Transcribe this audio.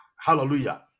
hallelujah